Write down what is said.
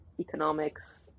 economics